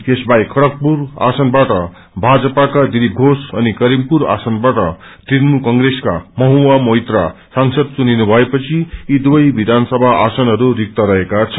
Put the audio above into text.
यसबाहेक खड़गपुर आसनबाट भाजपकोा दिलीप घेष अनि करीमपुर आसनबाट तुणमूल कंग्रेसका महुआ मोइत्रा सांसद चुनिनु भएपछि यी दुवै विधानसभा आसनहरू रिक्त रहेका छन्